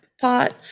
pot